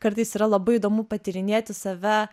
kartais yra labai įdomu patyrinėti save